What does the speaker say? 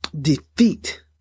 defeat